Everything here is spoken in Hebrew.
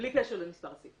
קשר למספר הסעיף